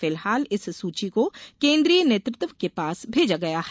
फिलहाल इस सूची को केन्द्रीय नेतृत्व के पास भेजा गया है